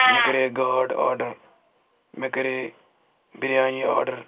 مےٚ کَرے گاڈ آرڈر مےٚ کَرے بِریانی آرڈر